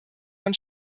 von